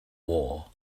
war